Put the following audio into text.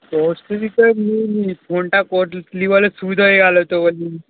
প্রস্তুতি তো নিইনি ফোনটা করলি বলে সুবিধা হয়ে গেল তো বলছি